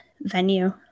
venue